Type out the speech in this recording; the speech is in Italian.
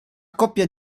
coppia